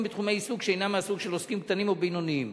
בתחומי עיסוק שאינם מהסוג של עוסקים קטנים או בינוניים,